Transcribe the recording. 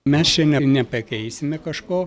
mes čia ne nepakeisime kažko